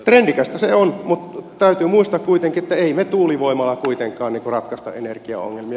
trendikästä se on mutta täytyy muistaa kuitenkin että emme me tuulivoimalla kuitenkaan ratkaise energiaongelmia